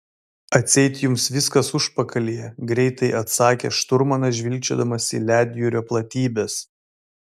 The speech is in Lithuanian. atseit jums jau viskas užpakalyje greitai atsakė šturmanas žvilgčiodamas į ledjūrio platybes